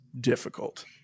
difficult